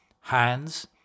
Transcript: hands